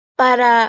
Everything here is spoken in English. para